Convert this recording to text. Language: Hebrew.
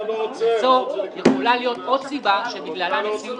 וזו יכולה להיות עוד סיבה שבגללה נשיאות